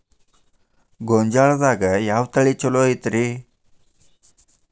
ಗೊಂಜಾಳದಾಗ ಯಾವ ತಳಿ ಛಲೋ ಐತ್ರಿ?